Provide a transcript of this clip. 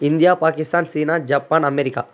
India Pakistan China Japan America